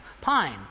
Pine